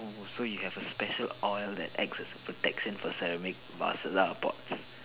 oh so you have a special oil that acts as a protection for ceramic basilar pots